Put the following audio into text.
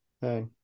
hey